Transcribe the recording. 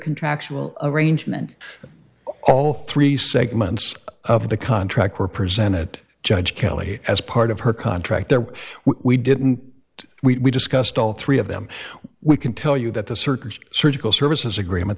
contractual arrangement all three segments of the contract were presented judge kelly as part of her contract there were we didn't we discussed all three of them we can tell you that the circuit surgical services agreement